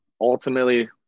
ultimately –